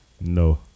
No